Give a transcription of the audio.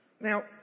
Now